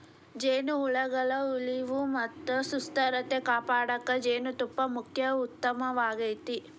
ಜೇನುಹುಳಗಳ ಉಳಿವು ಮತ್ತ ಸುಸ್ಥಿರತೆ ಕಾಪಾಡಕ ಜೇನುತುಪ್ಪ ಮುಖ್ಯ ಉತ್ಪನ್ನವಾಗೇತಿ